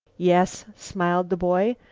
yes, smiled the boy,